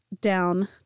down